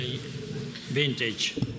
vintage